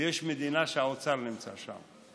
ויש מדינה שהאוצר נמצא שם.